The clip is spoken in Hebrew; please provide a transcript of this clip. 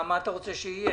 מה אתה רוצה שיהיה?